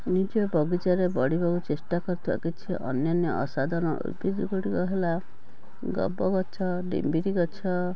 ନିଜ ବଗିଚାରେ ବଢ଼ିବାକୁ ଚେଷ୍ଟା କରୁଥିବା କିଛି ଅନ୍ୟାନ୍ୟ ଆସାଦନ ଉଦ୍ଭିଦ ଗୁଡ଼ିକ ହେଲା ଗବଗଛ ଡିମ୍ବିରିଗଛ